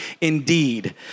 indeed